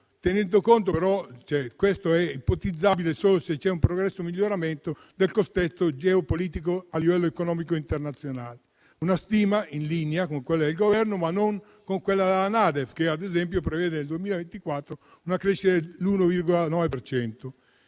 tenendo conto però che ciò è ipotizzabile solo in presenza di un progressivo miglioramento del contesto geopolitico a livello economico internazionale. Si tratta di una stima in linea con quella del Governo, ma non con quella della NADEF che, ad esempio, prevede nel 2024 una crescita dell'1,9